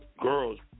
girls